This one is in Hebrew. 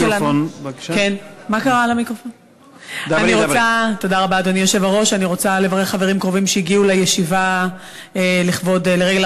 אני רוצה לברך חברים קרובים שהגיעו לישיבה לרגל